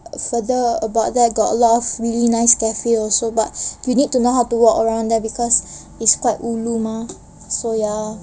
further about there got a lot of really nice cafes also but you need to know how to walk around there because it's quite ulu mah so ya